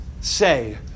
say